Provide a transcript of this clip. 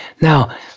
now